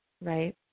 right